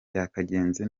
byakagenze